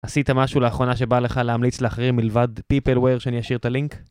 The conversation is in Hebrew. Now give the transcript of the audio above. עשית משהו לאחרונה שבא לך להמליץ להחריר מלבד peopleware שאני אשאיר את הלינק?